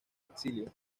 exilio